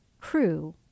crew